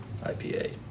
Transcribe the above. IPA